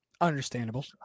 Understandable